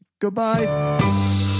goodbye